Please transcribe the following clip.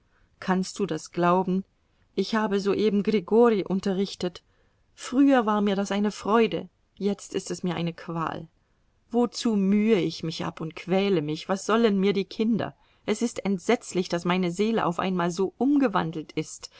kannst du das glauben ich habe soeben grigori unterrichtet früher war mir das eine freude jetzt ist es mir eine qual wozu mühe ich mich ab und quäle mich was sollen mir die kinder es ist entsetzlich daß meine seele auf einmal so umgewandelt ist